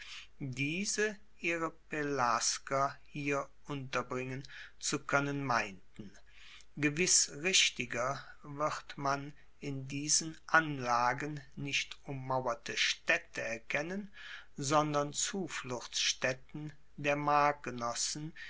diese ihre pelasger hier unterbringen zu koennen meinten gewiss richtiger wird man in diesen anlagen nicht ummauerte staedte erkennen sondern zufluchtsstaetten der